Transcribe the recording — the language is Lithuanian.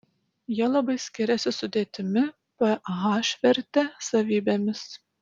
jie labai skiriasi sudėtimi ph verte savybėmis